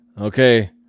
Okay